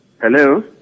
Hello